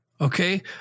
Okay